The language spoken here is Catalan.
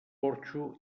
porxo